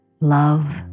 love